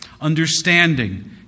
understanding